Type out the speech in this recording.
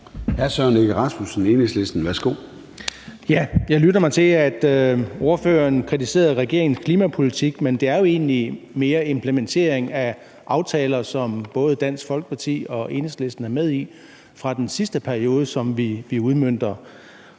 Søren Egge Rasmussen (EL): Jeg lytter mig til, at ordføreren kritiserede regeringens klimapolitik, men det er vel egentlig mere en implementering af aftaler, som både Dansk Folkeparti og Enhedslisten er med i, fra den sidste periode, som vi udmønter.